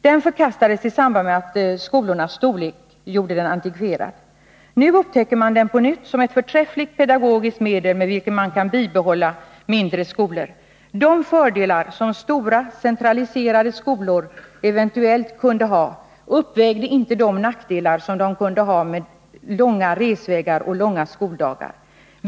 Den förkastades i samband med att skolornas storlek gjorde den antikverad. Nu upptäcker man den på nytt som ett förträffligt pedagogiskt medel, med vilket man kan bibehålla mindre skolor. De fördelar som stora centraliserade Nr 34 skolor eventuellt kunde ha uppvägde inte de nackdelar som de kunde Tisdagen den innebära, med långa resor och långa skoldagar.